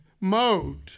mode